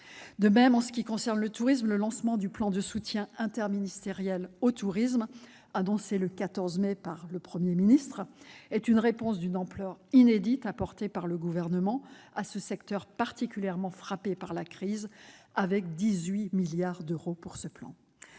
De même, pour ce qui concerne le tourisme, le lancement du plan de soutien interministériel au tourisme annoncé le 14 mai dernier par le Premier ministre est une réponse d'une ampleur inédite apportée par le Gouvernement à ce secteur particulièrement frappé par la crise, ce plan étant crédité de 18